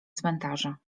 cmentarza